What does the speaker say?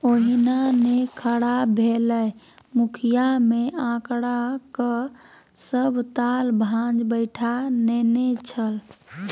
ओहिना नै खड़ा भेलै मुखिय मे आंकड़ाक सभ ताल भांज बैठा नेने छल